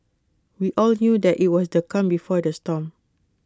we all knew that IT was the calm before the storm